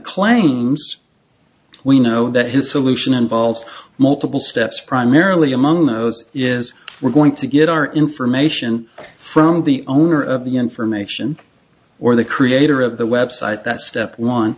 claims we know that his solution involves multiple steps primarily among those is we're going to get our information from the owner of the information or the creator of the website that step on